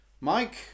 Mike